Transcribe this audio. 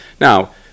Now